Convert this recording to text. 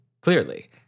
clearly